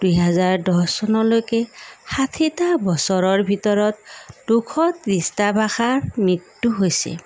দুহেজাৰ দহ চনলৈকে ষাঠিটা বছৰৰ ভিতৰত দুশ ত্ৰিছটা ভাষাৰ মৃত্যু হৈছে